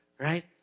Right